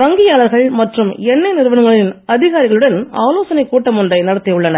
வங்கியாளர்கள் மற்றும் எண்ணெய் நிறுவனங்களின் அதிகாரிகளுடன் ஆலோசனை கூட்டம் ஒன்றை நடத்தி உள்ளனர்